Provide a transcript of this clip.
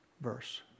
verse